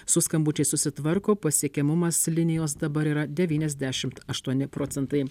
su skambučiais susitvarko pasiekiamumas linijos dabar yra devyniasdešimt aštuoni procentai